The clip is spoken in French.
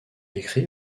écrit